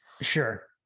Sure